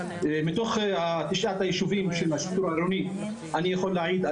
מתוך תשעת היישובים של השיטור העירוני אני יכול להעיד,